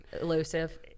Elusive